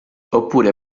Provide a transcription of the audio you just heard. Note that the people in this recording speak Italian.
oppure